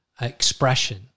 expression